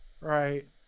right